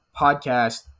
podcast